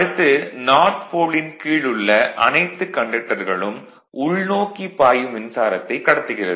அடுத்து நார்த் போலின் கீழ் உள்ள அனைத்து கண்டக்டர்களும் உள்நோக்கி பாயும் மின்சாரத்தைக் கடத்துகிறது